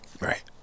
right